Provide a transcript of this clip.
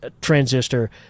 transistor